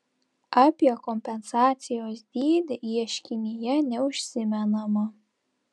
apie kompensacijos dydį ieškinyje neužsimenama